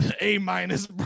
A-minus